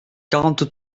quarante